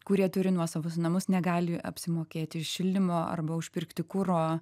kurie turi nuosavus namus negali apsimokėti šildymo arba užpirkti kuro